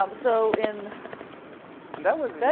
um so, in that was